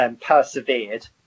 persevered